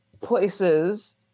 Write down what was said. places